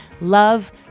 love